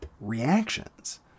reactions